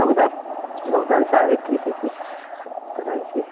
चौदा चौदा आणि सहा एकवीस एकवीस सत्तर ऐंशी